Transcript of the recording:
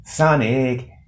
Sonic